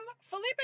Felipe